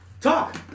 Talk